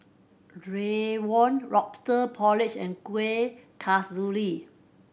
rawon Lobster Porridge and Kuih Kasturi